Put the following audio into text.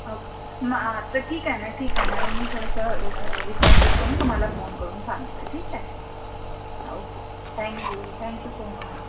okay मग आ तर ठीक आहे ना ठीक आहे मॅडम मी थोडंसं विचारपूस करून तुम्हाला फोन करून सांगते ठीक आहे okay thank you thank you so much